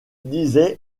disait